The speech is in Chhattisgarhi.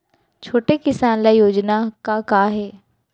छोटे किसान ल योजना का का हे?